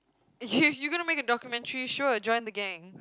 you you gonna make a documentary show or join the gang